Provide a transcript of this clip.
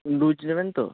loose নেবেন তো